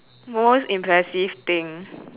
most impressive thing